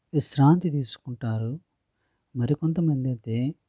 విశ్రాంతి తీసుకుంటారు మరి కొంత మంది అయితే